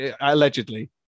allegedly